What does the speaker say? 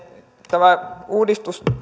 tämä uudistus